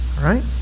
right